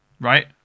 Right